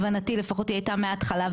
מטי, הם חיברו את עצמם.